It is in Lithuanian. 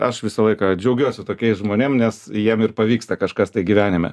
aš visą laiką džiaugiuosi tokiais žmonėm nes jiem ir pavyksta kažkas tai gyvenime